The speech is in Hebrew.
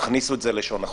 תכניסו את זה ללשון החוק.